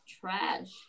Trash